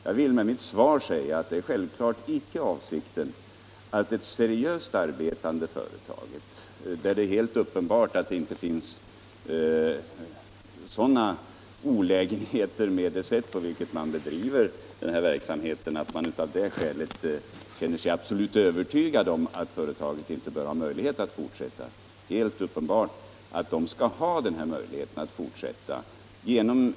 Jag vill med mitt svar säga att avsikten självfallet inte är att det seriöst arbetande företaget skall hindras att fortsätta sin verksamhet — där det är helt uppenbart att det inte finns sådana olägenheter med det sätt på vilket verksamheten bedrivs att den absolut inte bör fortsätta.